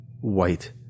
white